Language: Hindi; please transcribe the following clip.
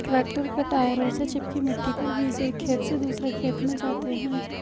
ट्रैक्टर के टायरों से चिपकी मिट्टी पर बीज एक खेत से दूसरे खेत में जाते है